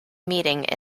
meeting